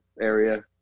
area